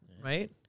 right